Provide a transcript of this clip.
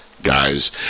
Guys